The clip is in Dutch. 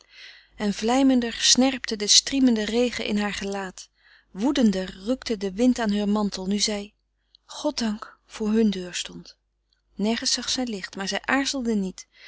en vlijmender snerpte de striemende regen in haar gelaat woedender rukte de wind aan heur mantel nu zij goddank voor hun deur stond nergens zag zij licht maar zij aarzelde niet